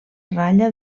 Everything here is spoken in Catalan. ratlla